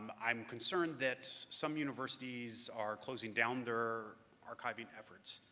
um i'm concerned that some universities are closing down their archiving efforts,